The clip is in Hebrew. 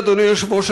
אדוני היושב-ראש,